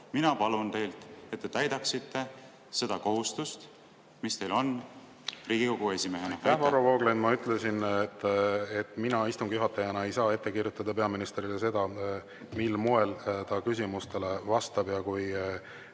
Mina palun teilt, et te täidaksite seda kohustust, mis teil on Riigikogu esimehena. Aitäh, Varro Vooglaid! Ma ütlesin, et mina istungi juhatajana ei saa ette kirjutada peaministrile seda, mil moel ta küsimustele vastab. Kui